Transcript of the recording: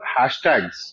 hashtags